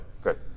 Good